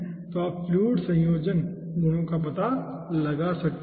तो आप फ्लूइड संयोजन गुणों का पता लगा सकते हैं